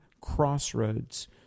crossroads